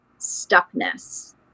stuckness